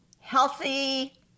Healthy